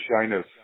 shyness